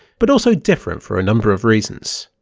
but also different for a number of reasons.